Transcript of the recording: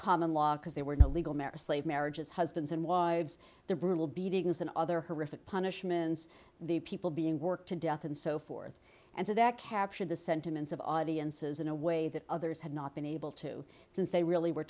common law because they were not legal marriage slaves marriages husbands and wives the brutal beatings and other horrific punishments the people being worked to death and so forth and so that captured the sentiments of audiences in a way that others had not been able to since they really were